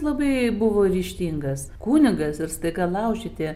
labai buvo ryžtingas kunigas ir staiga laužyti